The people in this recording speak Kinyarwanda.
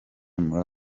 muri